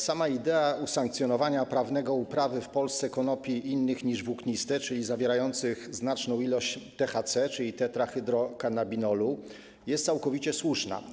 Sama idea usankcjonowania prawnego uprawy w Polsce konopi innych niż włókniste, czyli zawierających znaczną ilość THC, czyli tetrahydrokannabinolu, jest całkowicie słuszna.